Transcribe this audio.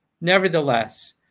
nevertheless